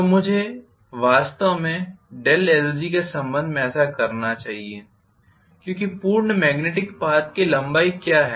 तो मुझे वास्तव में lg के संबंध में ऐसा करना चाहिए क्योंकि पूर्ण मेग्नेटिक पाथ की लंबाई क्या है